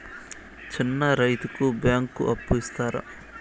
చిన్న రైతుకు బ్యాంకు అప్పు ఇస్తారా?